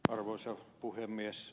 arvoisa puhemies